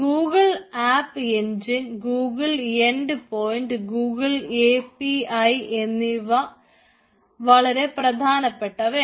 Google app engine Google end point Google A P I എന്നിവ വളരെ പ്രധാനപ്പെട്ടവയാണ്